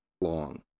long